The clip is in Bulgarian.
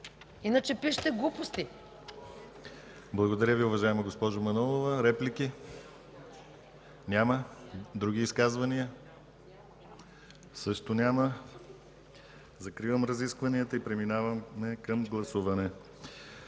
ДИМИТЪР ГЛАВЧЕВ: Благодаря Ви, уважаема госпожо Манолова. Реплики? Няма. Други изказвания? Също няма. Закривам разискванията и преминаваме към гласуване.